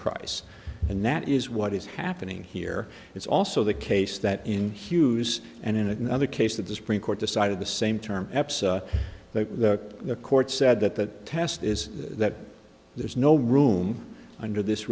price and that is what is happening here it's also the case that in hughes and in another case that the supreme court decided the same term eps the court said that the test is that there's no room under this